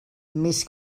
més